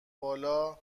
بالامنم